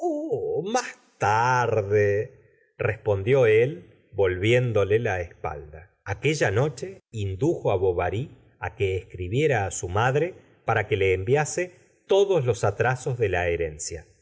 iás tarde respondió él volviéndole la espalda aquella noche indujo á bovary á que escribiera á su madre para que le enviase todos los atrasos de la herencia